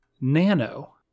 Nano